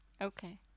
okay